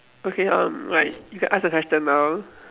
okay um like you can ask your question now